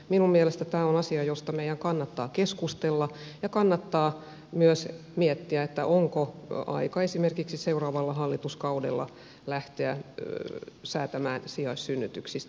minun mielestäni tämä on asia josta meidän kannattaa keskustella ja kannattaa myös miettiä onko aika esimerkiksi seuraavalla hallituskaudella lähteä säätämään sijaissynnytyksistä